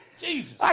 Jesus